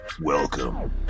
Welcome